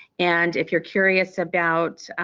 and if you're curious about